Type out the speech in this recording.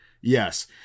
Yes